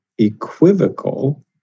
equivocal